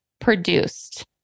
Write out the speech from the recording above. produced